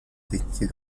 techniques